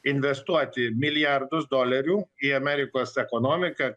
investuoti milijardus dolerių į amerikos ekonomiką